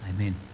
Amen